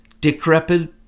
decrepit